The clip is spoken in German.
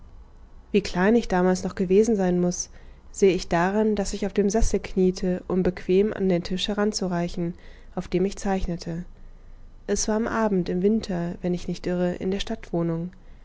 wie klein ich damals noch gewesen sein muß sehe ich daran daß ich auf dem sessel kniete um bequem auf den tisch hinaufzureichen auf dem ich zeichnete es war am abend im winter wenn ich nicht irre in der